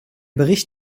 bericht